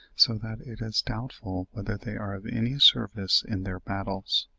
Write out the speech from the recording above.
so that it is doubtful whether they are of any service in their battles.